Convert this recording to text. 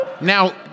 Now